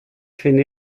finde